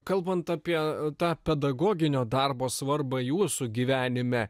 kalbant apie tą pedagoginio darbo svarbą jūsų gyvenime